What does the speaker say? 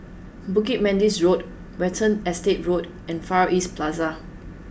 Bukit Manis Road Watten Estate Road and Far East Plaza